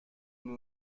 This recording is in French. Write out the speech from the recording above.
nous